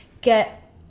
get